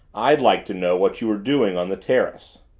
i'd like to know what you were doing on the terrace.